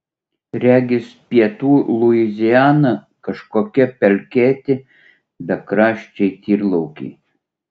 regis pietų luiziana kažkokie pelkėti bekraščiai tyrlaukiai